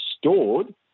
stored